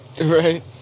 Right